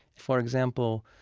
for example,